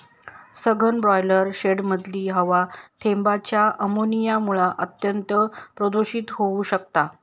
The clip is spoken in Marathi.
सघन ब्रॉयलर शेडमधली हवा थेंबांच्या अमोनियामुळा अत्यंत प्रदुषित होउ शकता